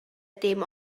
dim